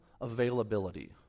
availability